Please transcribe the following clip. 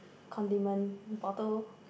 condiment bottle